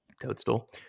Toadstool